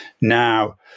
now